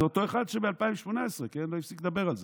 זה אותו אחד שב-2018, כן, לא הפסיק לדבר על זה.